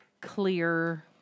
clear